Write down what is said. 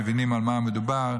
מבינים על מה מדובר,